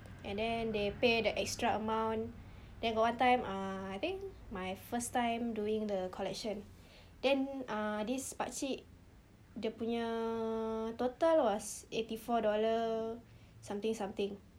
and then they pay the extra amount then got one time um I think my first time doing the collection then ah this pakcik dia punya total was eighty four dollar something something